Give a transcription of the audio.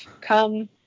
come